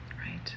right